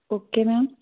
okay ma'am